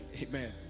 Amen